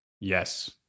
Yes